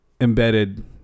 embedded